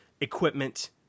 Equipment